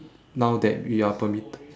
now that we are permitted